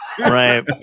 Right